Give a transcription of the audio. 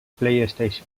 playstation